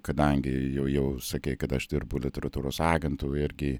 kadangi jau jau sakei kad aš dirbu literatūros agentu irgi